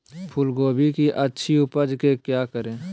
फूलगोभी की अच्छी उपज के क्या करे?